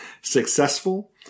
successful